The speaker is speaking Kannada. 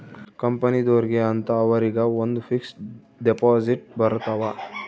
ಕಂಪನಿದೊರ್ಗೆ ಅಂತ ಅವರಿಗ ಒಂದ್ ಫಿಕ್ಸ್ ದೆಪೊಸಿಟ್ ಬರತವ